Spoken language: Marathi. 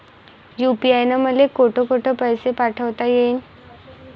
यू.पी.आय न मले कोठ कोठ पैसे पाठवता येईन?